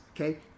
okay